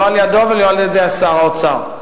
לא על-ידו ולא על-ידי שר האוצר.